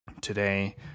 Today